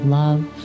love